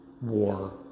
war